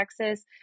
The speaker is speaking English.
Texas